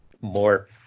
more